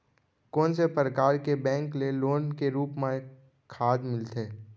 कोन से परकार के बैंक ले लोन के रूप मा खाद मिलथे?